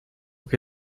que